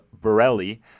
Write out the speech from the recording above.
Borelli